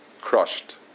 crushed